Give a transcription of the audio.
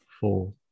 four